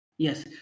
Yes